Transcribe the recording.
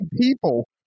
people